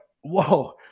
whoa